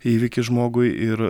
įvykis žmogui ir